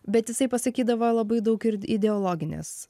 bet jisai pasakydavo labai daug ir ideologinės